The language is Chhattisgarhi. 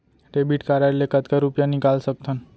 डेबिट कारड ले कतका रुपिया निकाल सकथन?